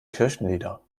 kirchenlieder